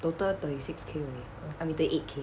total thirty six K only I mean thirty eight K